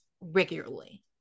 regularly